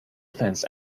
fence